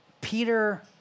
Peter